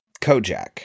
Kojak